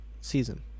season